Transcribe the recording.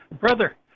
brother